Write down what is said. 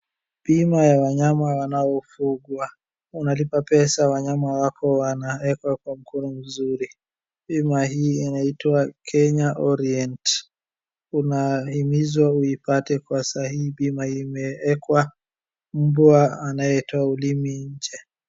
Bima ya wanyama wanaofugwa. Unalipa pesa wanyama wako wanawekwa kwa mkono mzuri. Bima hii inaitwa Kenya Orient. Unahimizwa uipate kwa sahihi. Bima hii imeekwa mbwa anayetoa ulimi nje.